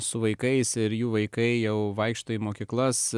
su vaikais ir jų vaikai jau vaikšto į mokyklas